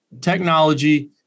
technology